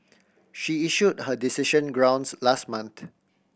she issued her decision grounds last month